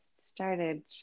started